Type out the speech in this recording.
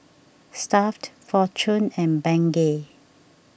Stuff'd fortune and Bengay